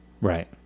Right